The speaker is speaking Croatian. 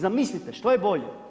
Zamislite što je bolje?